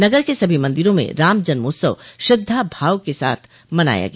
नगर के सभी मंदिरों में रामजन्मोत्सव श्रद्वा भाव के साथ मनाया गया